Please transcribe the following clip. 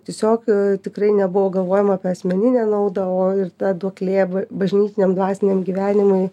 tiesiog tikrai nebuvo galvojama apie asmeninę naudą o ir ta duoklė bažnytiniam dvasiniam gyvenimui